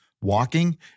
walking